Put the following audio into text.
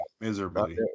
miserably